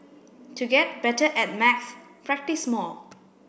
to get better at maths practise more